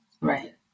Right